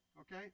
Okay